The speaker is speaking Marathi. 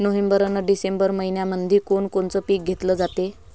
नोव्हेंबर अन डिसेंबर मइन्यामंधी कोण कोनचं पीक घेतलं जाते?